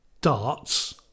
darts